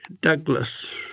Douglas